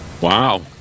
wow